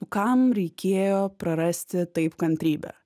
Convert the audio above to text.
kam reikėjo prarasti taip kantrybę